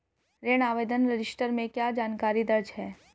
ऋण आवेदन रजिस्टर में क्या जानकारी दर्ज है?